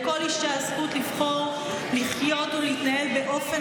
לכל אישה הזכות לבחור לחיות ולהתנהל באופן